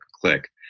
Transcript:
click